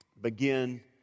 begin